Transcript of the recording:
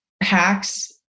Hacks